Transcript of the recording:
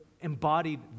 embodied